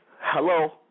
hello